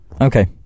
Okay